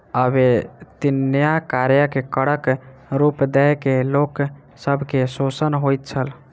अवेत्निया कार्य के करक रूप दय के लोक सब के शोषण होइत छल